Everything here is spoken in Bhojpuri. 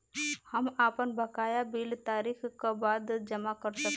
हम आपन बकाया बिल तारीख क बाद जमा कर सकेला?